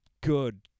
good